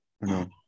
no